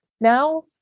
Now